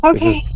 Okay